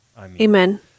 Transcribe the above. Amen